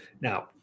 Now